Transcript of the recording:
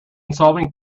solving